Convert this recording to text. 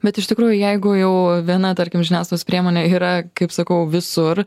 bet iš tikrųjų jeigu jau viena tarkim žiniasklaidos priemonė yra kaip sakau visur